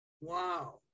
Wow